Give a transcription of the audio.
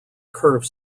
curve